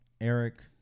Eric